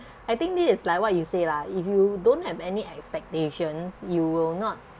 I think this is like what you say lah if you don't have any expectations you will not